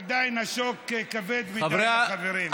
עדיין השוק כבד מצד החברים.